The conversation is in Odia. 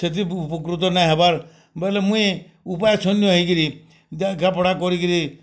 ସେତ୍କି ଉପକୃତ ନାଇଁ ହେବାର୍ ବେଲେ ମୁଇଁ ଉପାୟଶୂନ୍ୟ ହେଇକିରି ଲେଖାପଢା କରିକିରି